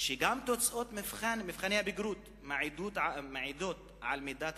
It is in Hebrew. שגם תוצאות מבחני הבגרות מעידות על מידת